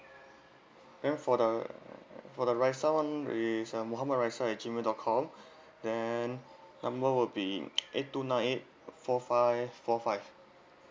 then for the for the raishal one is muhammad raishal at G mail dot com then number will be eight two nine eight four five four five